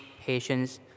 patience